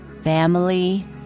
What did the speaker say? Family